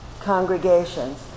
congregations